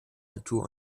natur